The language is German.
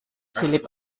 philipp